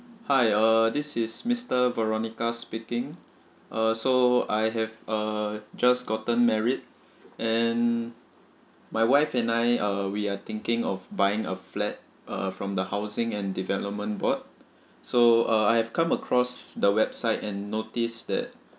hi uh this is mister veronica speaking uh so I have uh just gotten married and my wife and I uh we are thinking of buying a flat uh from the housing and development board so uh I've come across the website and notice that